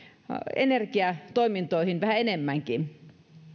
energiatoimintoihin vähän enemmänkin